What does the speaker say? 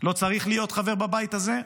לא צריך להיות חבר בבית הזה.